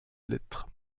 lettres